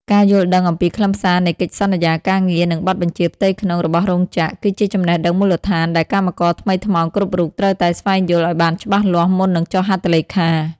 ការយល់ដឹងអំពីខ្លឹមសារនៃកិច្ចសន្យាការងារ និងបទបញ្ជាផ្ទៃក្នុងរបស់រោងចក្រ គឺជាចំណេះដឹងមូលដ្ឋានដែលកម្មករថ្មីថ្មោងគ្រប់រូបត្រូវតែស្វែងយល់ឱ្យបានច្បាស់លាស់មុននឹងចុះហត្ថលេខា។